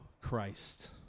Christ